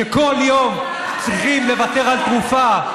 שכל יום צריכים לוותר על תרופה.